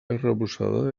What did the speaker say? arrebossada